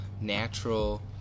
natural